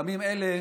קמים אלה